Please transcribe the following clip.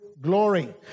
glory